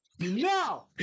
No